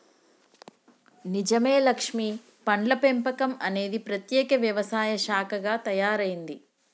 నిజమే లక్ష్మీ పండ్ల పెంపకం అనేది ప్రత్యేక వ్యవసాయ శాఖగా తయారైంది